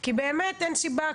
כי באמת אין סיבה.